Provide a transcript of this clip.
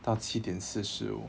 到七点四十五